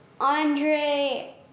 Andre